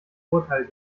urteil